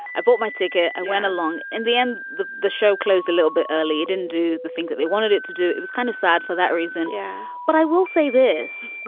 i bought my ticket. i went along. in the end, the the show closed a little bit early, didn't do the things that they wanted it to do. it was kind of sad for that reason. yeah but i will say this.